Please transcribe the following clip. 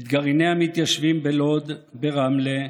את גרעיני המתיישבים בלוד, ברמלה,